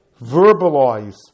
verbalize